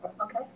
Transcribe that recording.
Okay